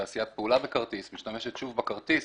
ועשיית פעולה בכרטיס משתמשת שוב בכרטיס.